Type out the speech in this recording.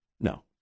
No